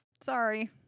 Sorry